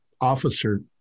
Officer